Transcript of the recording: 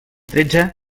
tretze